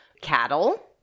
cattle